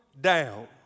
down